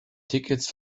tickets